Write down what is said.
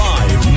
Live